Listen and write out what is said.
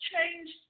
Change